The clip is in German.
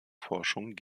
forschung